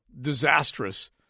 disastrous